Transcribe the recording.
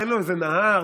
תן לו איזה נהר,